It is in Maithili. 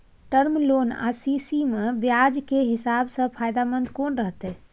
टर्म लोन आ सी.सी म ब्याज के हिसाब से फायदेमंद कोन रहते?